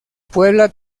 puebla